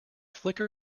flickr